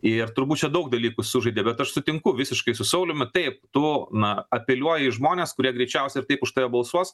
ir turbūt čia daug dalykų sužaidė bet aš sutinku visiškai su sauliumi taip tu na apeliuoji į žmones kurie greičiausiai ir taip už tave balsuos